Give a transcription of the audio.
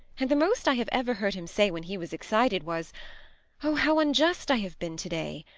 and the most i have ever heard him say when he was excited was oh, how unjust i have been to-day!